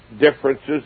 differences